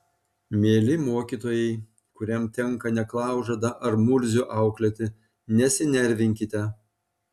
mieli mokytojai kuriam tenka neklaužadą ar murzių auklėti nesinervinkite